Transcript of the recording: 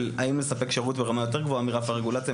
של האם לספק שירות ברמה יותר גבוהה מרף הרגולציה,